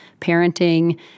parenting